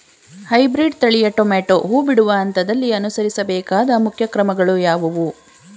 Hybrid ತಳಿಯ tomato ಹೂ ಬಿಡುವ ಹಂತದಲ್ಲಿ ಅನುಸರಿಸಬೇಕಾದ ಮುಖ್ಯ ಕ್ರಮಗಳು ಯಾವುವು?